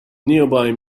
nearby